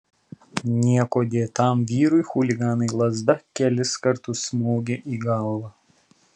niekuo dėtam vyrui chuliganai lazda kelis kartus smogė į galvą